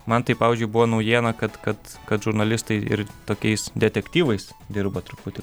man tai pavyzdžiui buvo naujiena kad kad kad žurnalistai ir tokiais detektyvais dirba truputį